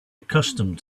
accustomed